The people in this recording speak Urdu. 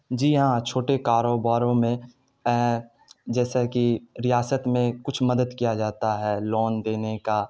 جی ہاں چھوٹے کاروباروں میں جیسا کہ ریاست میں کچھ مدد کیا جاتا ہے لون دینے کا